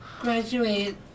graduate